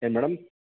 ಏನು ಮೇಡಮ್